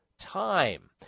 time